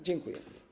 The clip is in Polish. Dziękuję.